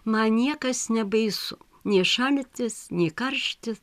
man niekas nebaisu nei šaltis nei karštis